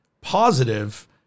positive